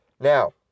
Now